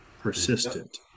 persistent